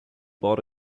bought